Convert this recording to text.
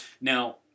Now